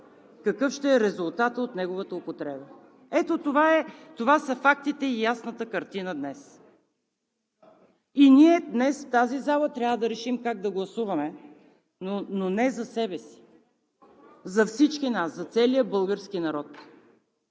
какъв ще е резултатът от неговата употреба. Ето това са фактите и ясната картина днес. И ние днес в тази зала трябва да решим как да гласуваме, но не за себе си – за всички нас, за целия български народ.